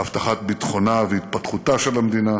בהבטחת ביטחונה והתפתחותה של המדינה